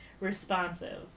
responsive